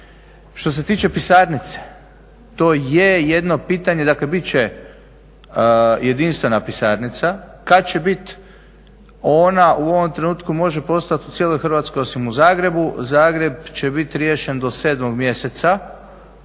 Što se tiče pisarnice, to je jedno pitanje, dakle biti će jedinstvena pisarnica. Kada će biti ona u ovom trenutku može postojat u cijeloj Hrvatskoj osim u Zagrebu. Zagreb će biti riješen do 7. mjeseca,